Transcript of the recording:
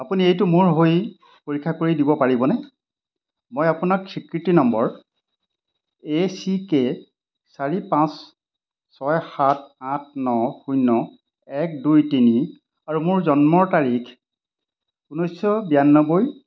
আপুনি এইটো মোৰ হৈ পৰীক্ষা কৰি দিব পাৰিবনে মই আপোনাক স্বীকৃতি নম্বৰ এ চি কে চাৰি পাঁচ ছয় সাত আঠ ন শূন্য এক দুই তিনি আৰু মোৰ জন্মৰ তাৰিখ ঊনৈছ বিৰানব্বৈ